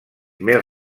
més